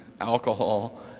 alcohol